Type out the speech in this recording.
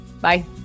Bye